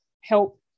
help